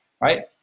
right